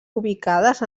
ubicades